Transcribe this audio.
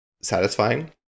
satisfying